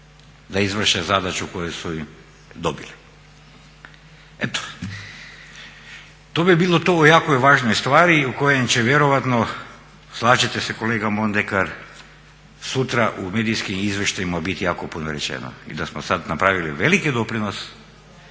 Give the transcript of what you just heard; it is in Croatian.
da izvrše zadaću koju su dobili. Eto, to bi bilo to o jakoj važnoj stvari u kojoj će vjerojatno, slažete se kolega Mondekar, sutra u medijskom izvještajima biti jako puno rečeno i da smo sad napravili veliki doprinos